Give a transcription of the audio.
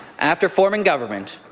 after forming government,